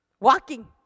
walking